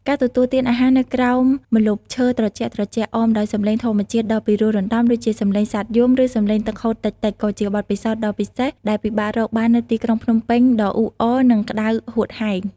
ការទទួលទានអាហារនៅក្រោមម្លប់ឈើត្រជាក់ៗ អមដោយសំឡេងធម្មជាតិដ៏ពិរោះរណ្តំដូចជាសំឡេងសត្វយំ ឬសំឡេងទឹកហូរតិចៗ គឺជាបទពិសោធន៍ដ៏ពិសេសដែលពិបាករកបាននៅទីក្រុងភ្នំពេញដ៏អ៊ូអរនិងក្តៅហួតហែង។